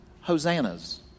hosannas